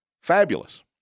Fabulous